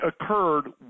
occurred